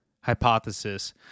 hypothesis